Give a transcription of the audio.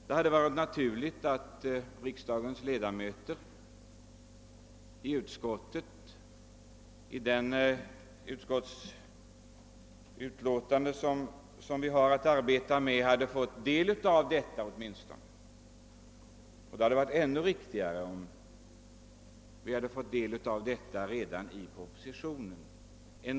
Det hade varit naturligt om utskottets ledamöter hade fått dessa upplysningar i så god tid att vi hunnit behandla dem i utlåtandet, och det hade varit ännu värdefullare om de hade redovisats redan i propositionen.